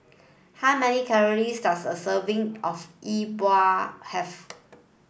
how many calories does a serving of E Bua have